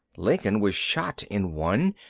lincoln was shot in one.